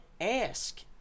ask